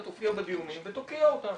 כך אתה תופיע בדיונים ותוקיע אותן.